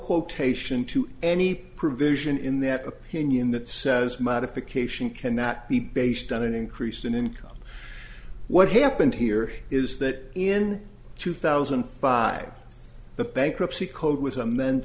quotation to any provision in that opinion that says modification cannot be based on an increase in income what happened here is that in two thousand and five the bankruptcy code w